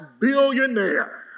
billionaire